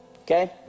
Okay